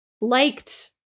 liked